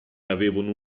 avevano